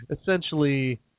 essentially